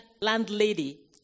landlady